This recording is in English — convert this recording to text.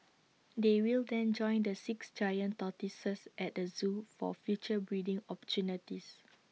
they will then join the six giant tortoises at the Zoo for future breeding opportunities